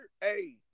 hey